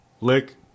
Lick